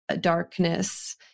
darkness